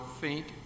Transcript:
faint